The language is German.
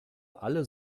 alle